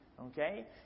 okay